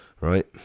right